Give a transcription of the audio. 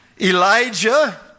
Elijah